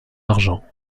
argent